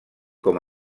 com